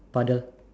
puddle